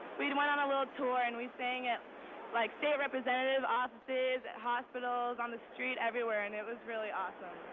we and went on a little tour, and we sang at like state representative offices, at hospitals, on the street, everywhere. and it was really awesome.